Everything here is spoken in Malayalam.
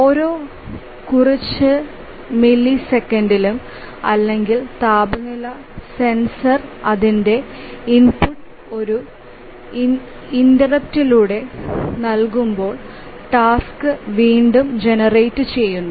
ഓരോ കുറച്ച് മില്ലിസെക്കൻഡിലും അല്ലെങ്കിൽ താപനില സെൻസർ അതിന്റെ ഇൻപുട്ട് ഒരു ഇന്ററപ്റ്റിലൂടെ നൽകുമ്പോൾ ടാസ്ക് വീണ്ടും ജനറേറ്റുചെയ്യുന്നു